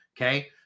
Okay